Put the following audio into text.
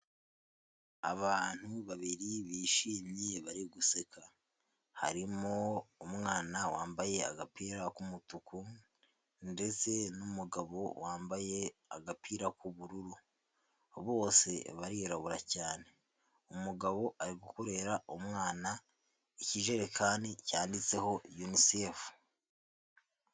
Abantu babiri bishimye bari guseka, harimo umwana wambaye agapira k'umutuku ndetse n'umugabo wambaye agapira k'ubururu bose barirabura cyane, umugabo ari gukorerara umwana ikijerekani cyanditseho Unicef.